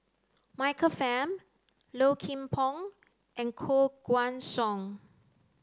Michael Fam Low Kim Pong and Koh Guan Song